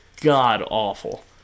god-awful